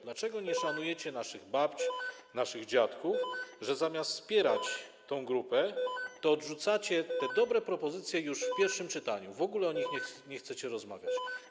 Dlaczego tak nie szanujecie naszych babć, naszych dziadków, że zamiast wspierać tę grupę, odrzucacie te dobre propozycje już w pierwszym czytaniu, w ogóle o nich nie chcecie rozmawiać?